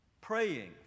praying